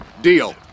Deal